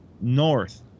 north